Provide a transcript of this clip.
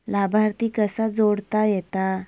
लाभार्थी कसा जोडता येता?